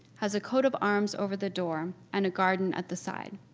has a coat of arms over the door and a garden at the side.